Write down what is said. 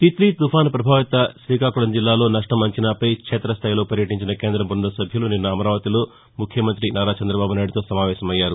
తిత్లీ తుపాను ప్రభావిత శ్రీకాకుళం జిల్లాలో నష్టం అంచనాపై క్షేతస్థాయిలో పర్యటించిన కేందబృంద సభ్యులు నిన్న అమరావతిలో ముఖ్యమంతి నారా చంద్రబాబునాయుడుతో సమావేశమయ్యారు